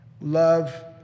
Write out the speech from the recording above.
Love